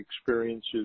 experiences